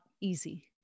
easy